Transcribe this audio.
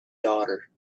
daughter